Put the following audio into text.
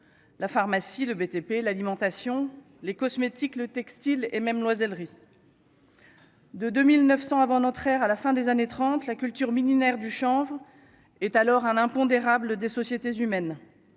la pharmacie, le BTP, l'alimentation, les cosmétiques, le textile et même Loisel. De 2900 avant notre ère, à la fin des années 30 la culture millénaire du chanvre est alors un impondérable des sociétés humaines